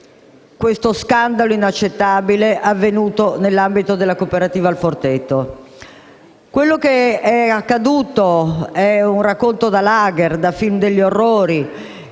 lo scandalo inaccettabile avvenuto nell'ambito di quella cooperativa. Quello che è accaduto è un racconto da lager, da film degli orrori,